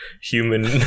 human